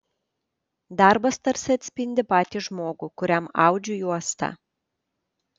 darbas tarsi atspindi patį žmogų kuriam audžiu juostą